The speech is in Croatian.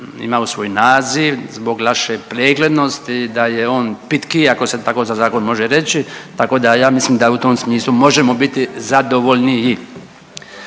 imaju svoj naziv zbog lakše preglednosti, da je on pitkiji ako se tako za zakon može reći, tako da ja mislim da u tom smislu možemo biti zadovoljniji.